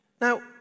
Now